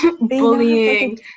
Bullying